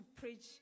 preach